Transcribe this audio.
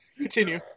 Continue